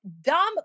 dumb